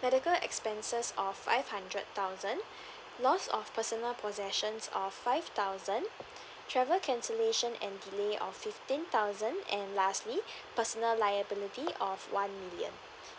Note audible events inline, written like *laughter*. medical expenses of five hundred thousand *breath* loss of personal possessions of five thousand travel cancellation and delay of fifteen thousand and lastly personal liability of one million